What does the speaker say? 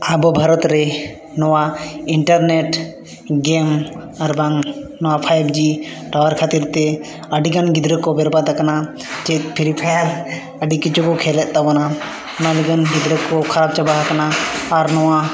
ᱟᱵᱚ ᱵᱷᱟᱨᱚᱛ ᱨᱮ ᱱᱚᱣᱟ ᱤᱱᱴᱟᱨᱱᱮᱴ ᱜᱮᱢ ᱟᱨᱵᱟᱝ ᱱᱚᱣᱟ ᱯᱷᱟᱭᱤᱵᱡᱤ ᱴᱟᱣᱟᱨ ᱠᱷᱟᱛᱤᱨ ᱛᱮ ᱟᱹᱰᱤᱜᱟᱱ ᱜᱤᱫᱽᱨᱟᱹ ᱠᱚ ᱵᱮᱨᱵᱟᱛᱟᱠᱟᱱᱟ ᱪᱮᱫ ᱯᱷᱤᱨᱤᱯᱷᱟᱭᱟᱨ ᱟᱹᱰᱤ ᱠᱤᱪᱷᱩ ᱠᱚ ᱠᱷᱮᱞᱮᱫ ᱛᱟᱵᱚᱱᱟ ᱚᱱᱟ ᱞᱟᱹᱜᱤᱫ ᱜᱤᱫᱽᱨᱟᱹ ᱠᱚ ᱠᱷᱟᱨᱯ ᱪᱟᱵᱟᱣ ᱠᱟᱱᱟ ᱟᱨ ᱱᱚᱣᱟ